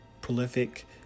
prolific